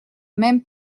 même